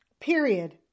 Period